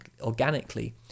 organically